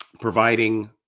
providing